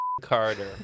Carter